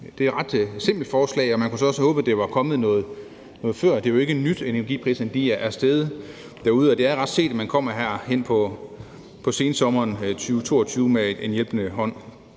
Det er et ret simpelt forslag, og man kunne så også have håbet, at det var kommet noget før. Det er jo ikke nyt, at energipriserne er steget derude, og det er ret sent, man her hen på sensommeren 2022 kommer med en hjælpende hånd.